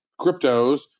cryptos